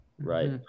Right